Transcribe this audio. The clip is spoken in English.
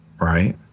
right